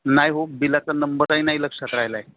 नाही हो बिलाचा नंबरही नाही लक्षात राहिला आहे